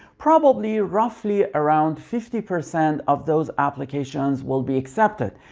probably roughly around fifty percent of those applications will be accepted.